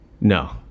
No